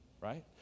right